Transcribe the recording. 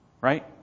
right